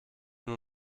nur